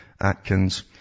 Atkins